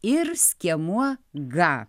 ir skiemuo gą